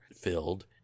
filled